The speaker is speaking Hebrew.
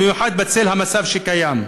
במיוחד בצל המצב הקיים.